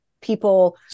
people